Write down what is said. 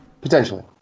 Potentially